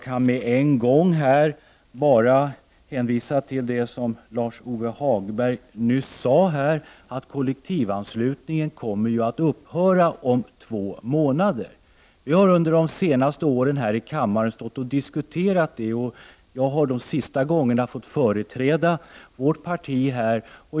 Jag hänvisar här till vad Lars-Ove Hagberg nyss sade, nämligen att kollektivanslutningen ju kommer att upphöra om två månader. Vi har under de senaste åren här i kammaren diskuterat denna fråga, och jag har vid de senaste tillfällena då fått företräda vårt parti.